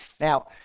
Now